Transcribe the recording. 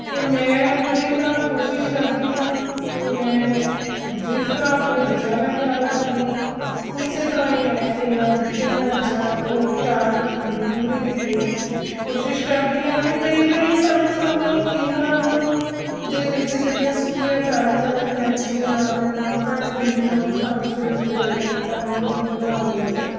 ਅਤੇ ਮੈਂ ਪੂਰੀ ਤਰ੍ਹਾਂ ਕੋਸ਼ਿਸ਼ ਕਰਦੀ ਹਾਂ ਕਿ ਮੈਂ ਜਿਸ ਤਰ੍ਹਾਂ ਆਪਣੇ ਬੱਚਿਆਂ ਦਾ ਖਿਆਲ ਰੱਖਦੀ ਹਾਂ ਉਸ ਤਰ੍ਹਾਂ ਹੀ ਮੈਂ ਇਹਨਾਂ ਬੂਟਿਆਂ ਦਾ ਜਿਹੜਾ ਉਹ ਖਿਆਲ ਰੱਖਣ ਦੀ ਪੂਰੀ ਦੀ ਪੂਰੀ ਕੋਸ਼ਿਸ਼ ਕਰਦੀ ਹਾਂ ਅਤੇ ਕਈ ਵਾਰੀ ਸਮੇਂ ਸਮੇਂ ਇਹਨਾਂ ਨੂੰ ਦੇ ਵਿੱਚ ਜਿਹੜੀਆਂ ਸੁੱਕੀਆਂ ਟਾਹਣੀਆਂ ਨੇ ਕੈਂਚੀ ਦੇ ਨਾਲ ਮੈਂ ਉਹਨਾਂ ਨੂੰ ਕੱਟ ਦਿੰਦੀ ਹਾਂ ਉਹਦੀ ਥਾਂ 'ਤੇ ਫਿਰ ਜਿਹੜੀਆਂ ਨਵੀਆਂ ਟਾਹਣੀਆਂ ਉਹ ਪੁੰਗਰ ਆਉਂਦੀਆਂ ਨੇ